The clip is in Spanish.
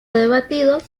debatido